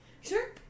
Sure